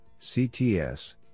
CTS